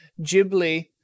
Ghibli